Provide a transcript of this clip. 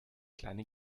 kleine